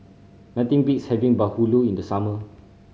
nothing beats having bahulu in the summer